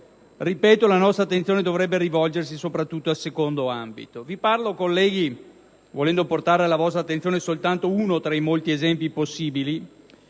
ripeto - la nostra attenzione si deve rivolgere soprattutto a questo secondo ambito. Vi ricordo, colleghi, volendo portare alla vostra attenzione soltanto uno tra i molti esempi possibili,